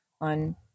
on